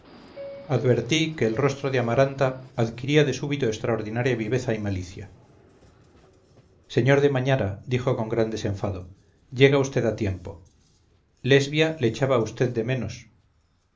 advertí que el rostro de amaranta adquiría de súbito extraordinaria viveza y malicia sr de mañara dijo con gran desenfado llega usted a tiempo lesbia le echaba a usted de menos